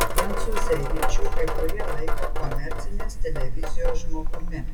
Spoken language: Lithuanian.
prancūzevičių kai kurie laiko komercinės televizijos žmogumi